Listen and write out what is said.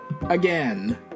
Again